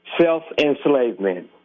self-enslavement